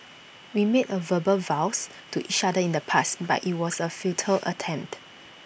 we made A verbal vows to each other in the past but IT was A futile attempt